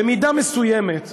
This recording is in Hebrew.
במידה מסוימת,